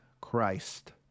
Christ